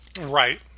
Right